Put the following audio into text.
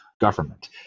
government